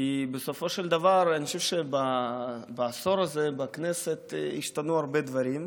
כי בסופו של דבר אני חושב שבעשור הזה בכנסת השתנו הרבה דברים,